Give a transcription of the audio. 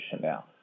now